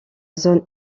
zone